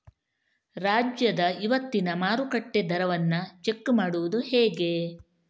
ರಾಜ್ಯದ ಇವತ್ತಿನ ಮಾರುಕಟ್ಟೆ ದರವನ್ನ ಚೆಕ್ ಮಾಡುವುದು ಹೇಗೆ?